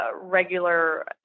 regular